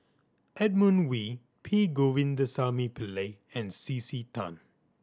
Edmund Wee P Govindasamy Pillai and C C Tan